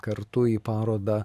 kartu į parodą